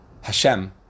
Hashem